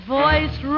voice